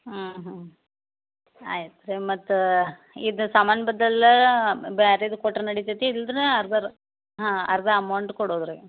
ಹ್ಞೂ ಹ್ಞೂ ಆಯ್ತು ರೀ ಮತ್ತು ಇದು ಸಾಮಾನು ಬದಲು ಬ್ಯಾರೆದು ಕೊಟ್ರೆ ನಡಿತೈತಿ ಇಲ್ದ್ರ ಅರ್ದರ್ ಹಾಂ ಅರ್ಧ ಅಮೌಂಟ್ ಕೊಡುದು ರೀ